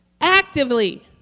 Actively